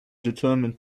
determined